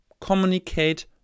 Communicate